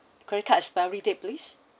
credit card expiry date please